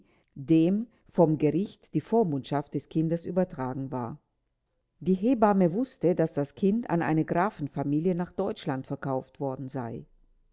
dem vom gericht die vormundschaft des kindes übertragen war die hebamme wußte daß das kind an eine grafenfamilie nach deutschland verkauft worden sei